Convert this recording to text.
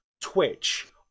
twitch